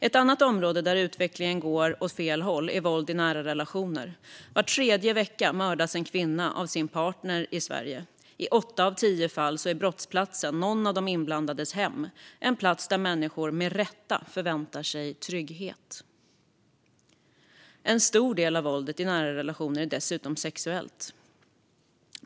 Ett annat område där utvecklingen går åt fel håll är våld i nära relationer. Var tredje vecka mördas en kvinna av sin partner i Sverige. I åtta av tio fall är brottsplatsen någon av de inblandades hem, en plats där människor med rätta förväntar sig att vara i trygghet. En stor del av våldet i nära relationer är dessutom sexuellt.